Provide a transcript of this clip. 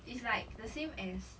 it's like the same as